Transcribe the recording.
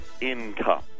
income